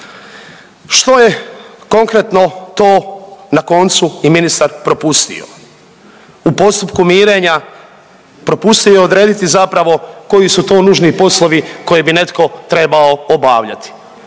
Što je konkretno to na koncu i ministar propustio? U postupku mirenja propustio je odrediti zapravo koji su to nužni poslovi koje bi netko trebao obavljati,